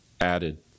added